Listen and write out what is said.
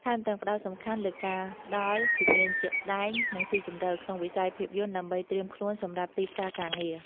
ថែមទាំងផ្ដោតសំខាន់លើការផ្ដល់ ជំនាញជាក់ស្ដែង និងស៊ីជម្រៅ ក្នុងវិស័យភាពយន្ត ដើម្បីត្រៀមខ្លួនសម្រាប់ទីផ្សារការងារ។